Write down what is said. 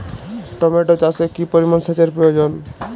Tomato চাষে কি পরিমান সেচের প্রয়োজন?